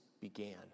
began